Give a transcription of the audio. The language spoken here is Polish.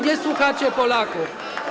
Nie słuchacie Polaków.